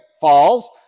falls